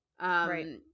Right